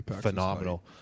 phenomenal